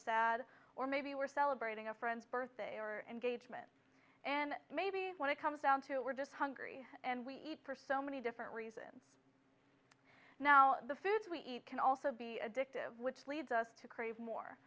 sad or maybe we're celebrating a friend's birthday or engagement and maybe when it comes down to it we're just hungry and we eat for so many different reasons now the foods we eat can also be addictive which leads us to crave more